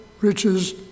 riches